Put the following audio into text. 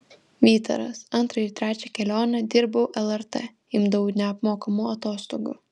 vytaras antrą ir trečią kelionę dirbau lrt imdavau neapmokamų atostogų